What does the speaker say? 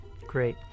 Great